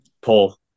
pull